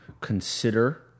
consider